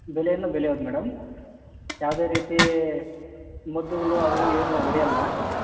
ಬೆಳೆಯನ್ನ ಬೆಳ್ಯೋದು ಮೇಡಮ್ ಯಾವುದೇ ರೀತಿ ಮದ್ದುಗಳು ಅವು ಏನು ಹೊಡೆಯಲ್ಲ